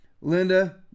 Linda